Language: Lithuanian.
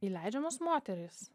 įleidžiamos moterys